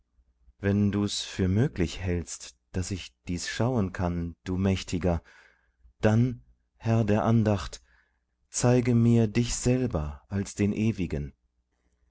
wenn du's für möglich hältst daß ich dies schauen kann du mächtiger dann herr der andacht zeige mir dich selber als den ewigen